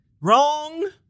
Wrong